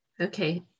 Okay